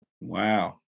Wow